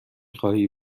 خواهی